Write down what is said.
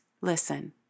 listen